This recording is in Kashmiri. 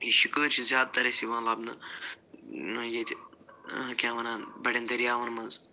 یہِ شِکٲرۍ چھِ زیادٕ تر اَسہِ یِوان لبنہٕ ییٚتہِ کیٛاہ وَنان بَڑٮ۪ن دٔریاون منٛز